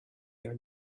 your